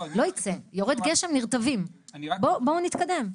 לא יצא, יורד גשם, נרטבים, בואו נתקדם.